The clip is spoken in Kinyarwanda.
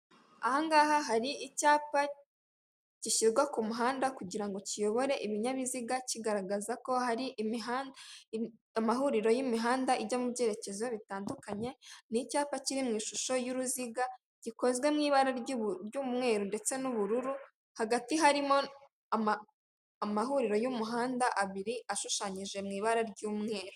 Aha ngaha hari icyapa gishyirwa ku muhanda kugirango kiyobore ibinyabiziga kigaragaza ko hari imihanda, amahuriro y'imihanda ijya mu byerekezo bitandukanye, ni icyapa kiri mu ishusho y'uruziga gikozwe mu ibara ry'umweru ndetse n'ubururu hagati harimo amahuriro y'umuhanda abiri ashushanyije mu ibara ry'umweru.